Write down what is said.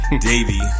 Davey